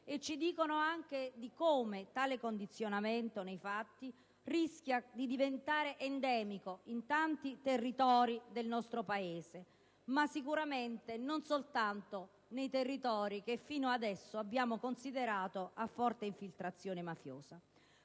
Ci dicono, altresì, come tale condizionamento nei fatti rischia di diventare endemico in tanti territori del nostro Paese, e sicuramente non soltanto in quelli che fino adesso abbiamo considerato a forte infiltrazione mafiosa.